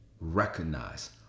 recognize